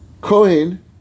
kohen